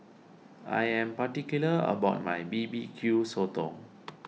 I am particular about my B B Q Sotong